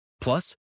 Plus